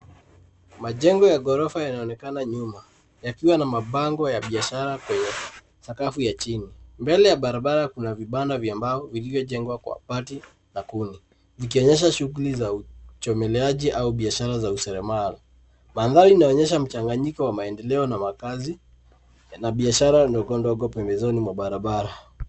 Majengo ya ghorofa yanaonekana nyuma yakiwa na mabango ya biashara kwenye sakafu ya chini. Mbele ya barabara kuna vibanda vya mbao vilivyojengwa kwa bati na kuni vikionyesha shughuli za uchomeleaji au biashara za useremala. Mandhari inaonyesha mchanganyiko wa maendeleo na makazi yana biashara ndogo ndogo pembezoni mwa barabara.